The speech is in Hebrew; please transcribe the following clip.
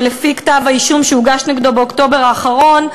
שלפי כתב-האישום שהוגש נגדו באוקטובר האחרון,